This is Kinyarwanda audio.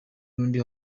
n’undi